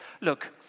Look